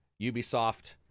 ubisoft